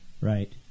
Right